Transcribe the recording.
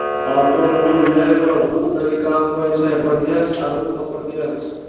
auto loan लेय रो दू तरीका हुवै छै प्रत्यक्ष आरू अप्रत्यक्ष